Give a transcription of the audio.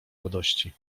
radości